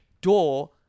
door